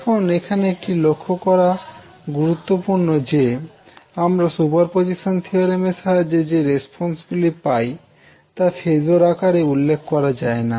এখন এখানে এটি লক্ষ করা গুরুত্বপূর্ণ যে আমরা সুপারপজিশন থিওরেম এর সাহায্যে যে রেসপন্সগুলি পাই তা ফেজর আকারে উল্লেখ করা যায় না